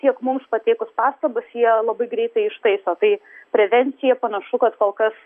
tiek mums pateikus pastabas jie labai greitai ištaiso tai prevencija panašu kad kol kas